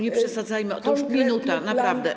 Nie przesadzajmy, to już minuta, naprawdę.